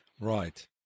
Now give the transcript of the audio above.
Right